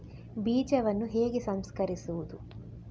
ಬೀಜವನ್ನು ಹೇಗೆ ಸಂಸ್ಕರಿಸುವುದು?